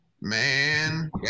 man